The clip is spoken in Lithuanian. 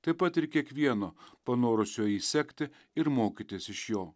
taip pat ir kiekvieno panorusio jį sekti ir mokytis iš jo